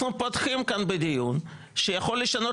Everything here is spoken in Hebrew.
אנחנו פותחים כאן בדיון שיכול לשנות